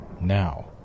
Now